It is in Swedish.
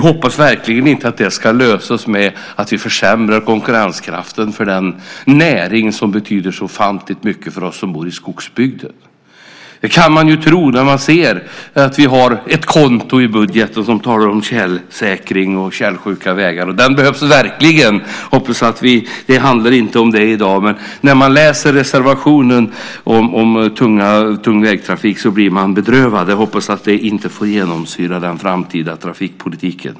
Vi hoppas verkligen inte att frågan ska lösas så att konkurrenskraften försämras för den näring som betyder så ofantligt mycket för oss som bor i skogsbygden. Det finns ett konto i budgeten för tjälsäkring och tjälsjuka vägar. Det behövs verkligen. Det handlar inte om det i dag, men när jag läser reservationen om tung vägtrafik blir jag bedrövad. Jag hoppas att detta inte ska få genomsyra den framtida trafikpolitiken.